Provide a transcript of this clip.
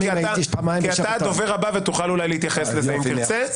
אתה הדובר הבא ותוכל אולי להתייחס לזה אם תרצה.